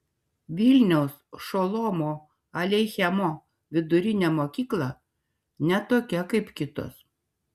vilniaus šolomo aleichemo vidurinė mokykla ne tokia kaip kitos